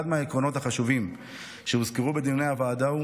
אחד מהעקרונות החשובים שהוזכרו בדיוני הוועדה הוא